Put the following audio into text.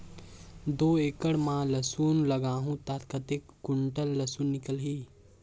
दो एकड़ मां लसुन लगाहूं ता कतेक कुंटल लसुन निकल ही?